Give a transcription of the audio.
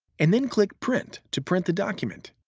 and then click print to print the document.